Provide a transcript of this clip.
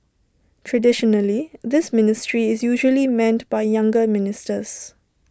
traditionally this ministry is usually manned by younger ministers